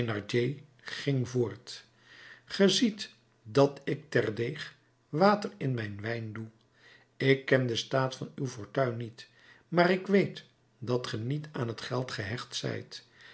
ging voort ge ziet dat ik terdeeg water in mijn wijn doe ik ken den staat van uw fortuin niet maar ik weet dat ge niet aan t geld gehecht zijt